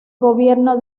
gobierno